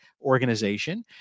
organization